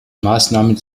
maßnahmen